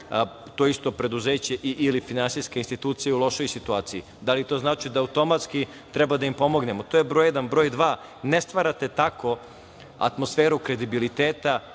to isto preduzeće ili finansijske institucije u lošijoj situaciji. Da li to znači da automatski treba da im pomognemo. To je broj jedan. Broj dva, ne stvarate tako atmosferu kredibiliteta